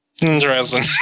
Interesting